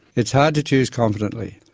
it's hard to choose confidently.